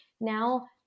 now